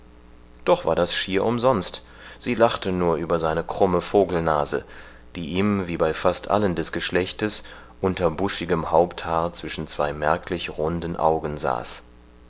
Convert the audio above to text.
doch war das schier umsonst sie lachte nur über seine krumme vogelnase die ihm wie bei fast allen des geschlechtes unter buschigem haupthaar zwischen zwei merklich runden augen saß